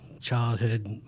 childhood